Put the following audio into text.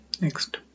next